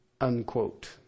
Unquote